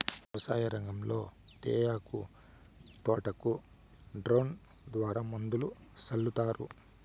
వ్యవసాయ రంగంలో తేయాకు తోటలకు డ్రోన్ ద్వారా మందులు సల్లుతారు